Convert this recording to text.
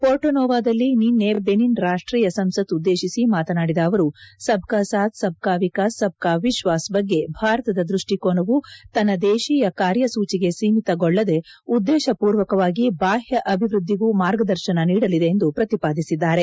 ಪೊರ್ಟೊನೊವಾದಲ್ಲಿ ನಿನ್ನೆ ಬೆನಿನ್ ರಾಷ್ಟೀಯ ಸಂಸತ್ ಉದ್ದೇಶಿಸಿ ಮಾತನಾಡಿದ ಅವರು ಸಬ್ಕಾ ಸಾಥ್ ಸಬ್ಕಾ ವಿಕಾಸ್ ಸಬ್ಕಾ ವಿಶ್ವಾಸ್ ಬಗ್ಗೆ ಭಾರತದ ದೃಷ್ಟಿಕೋನವು ತನ್ನ ದೇಶಿಯ ಕಾರ್ಯಸೂಚಿಗೆ ಸೀಮಿತಗೊಳ್ಳದೆ ಉದ್ದೇಶಪೂರ್ವಕವಾಗಿ ಬಾಹ್ಯ ಅಭಿವೃದ್ದಿಗೂ ಮಾರ್ಗದರ್ಶನ ನೀಡಲಿದೆ ಎಂದು ಪ್ರತಿಪಾದಿಸಿದ್ದಾರೆ